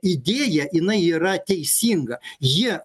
idėja jinai yra teisinga jie